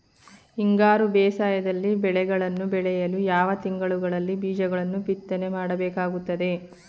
ಹಿಂಗಾರು ಬೇಸಾಯದಲ್ಲಿ ಬೆಳೆಗಳನ್ನು ಬೆಳೆಯಲು ಯಾವ ತಿಂಗಳುಗಳಲ್ಲಿ ಬೀಜಗಳನ್ನು ಬಿತ್ತನೆ ಮಾಡಬೇಕಾಗುತ್ತದೆ?